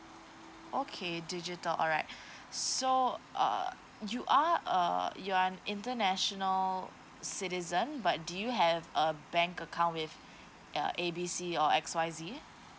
okay digital alright so uh you are uh you are international citizen but do you have a bank account with uh A B C or X Y Z